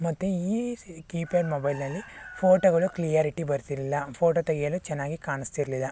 ಮತ್ತು ಈ ಕೀಪ್ಯಾಡ್ ಮೊಬೈಲ್ನಲ್ಲಿ ಫೋಟೋಗಳು ಕ್ಲಿಯರಿಟಿ ಬರ್ತಿರ್ಲಿಲ್ಲ ಫೋಟೋ ತೆಗೆಯಲು ಚೆನ್ನಾಗಿ ಕಾಣಿಸ್ತಿರ್ಲಿಲ್ಲ